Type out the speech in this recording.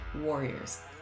warriors